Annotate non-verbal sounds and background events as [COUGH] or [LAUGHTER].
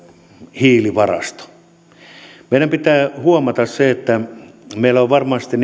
hiilivarasto meidän pitää huomata se että meillä on varmasti [UNINTELLIGIBLE]